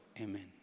Amen